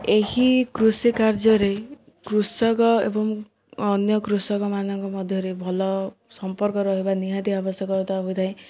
ଏହି କୃଷି କାର୍ଯ୍ୟରେ କୃଷକ ଏବଂ ଅନ୍ୟ କୃଷକମାନଙ୍କ ମଧ୍ୟରେ ଭଲ ସମ୍ପର୍କ ରହିବା ନିହାତି ଆବଶ୍ୟକତା ହୋଇଥାଏ